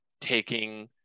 taking